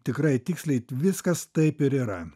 tikrai tiksliai viskas taip ir yra